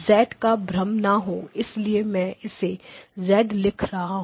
Z का भ्रम ना हो इसलिए मैं इसे Z लिखता हूं